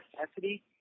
necessity